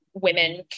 women